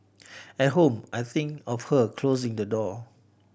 at home I think of her closing the door